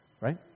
Right